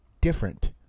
different